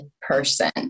person